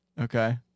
okay